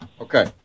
Okay